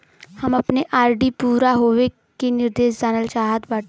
हम अपने आर.डी पूरा होवे के निर्देश जानल चाहत बाटी